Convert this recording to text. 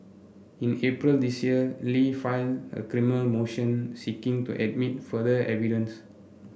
in April this year Li filed a criminal motion seeking to admit further evidence